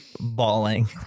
bawling